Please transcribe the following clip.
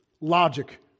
logic